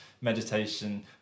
meditation